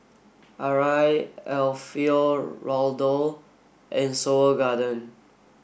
Arai Alfio Raldo and Seoul Garden